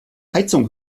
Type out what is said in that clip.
heizung